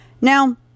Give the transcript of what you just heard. Now